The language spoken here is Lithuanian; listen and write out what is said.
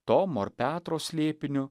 tomo ar petro slėpiniu